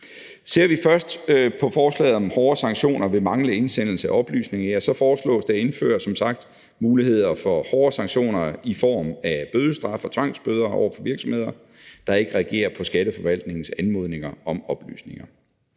Ser vi først på forslaget om hårdere sanktioner ved manglende indsendelse af oplysninger, ja, så foreslås det som sagt at indføre muligheder for hårde sanktioner i form af bødestraf og tvangsbøder over for virksomheder, der ikke reagerer på Skatteforvaltningens anmodninger om oplysninger.